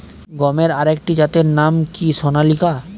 গমের আরেকটি জাতের নাম কি সোনালিকা?